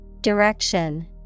Direction